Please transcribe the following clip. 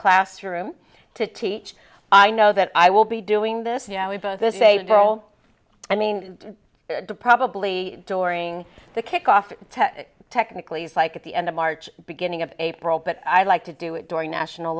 classroom to teach i know that i will be doing this they will i mean probably during the kickoff technically psych at the end of march beginning of april but i'd like to do it during national